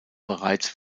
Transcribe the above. bereits